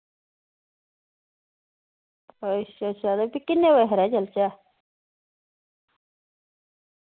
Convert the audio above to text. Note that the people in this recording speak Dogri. अच्छ अच्छा ते फ्ही किन्ने बजे हारे चलचै